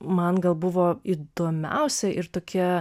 man gal buvo įdomiausia ir tokia